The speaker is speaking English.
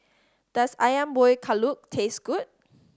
does Ayam Buah Keluak taste good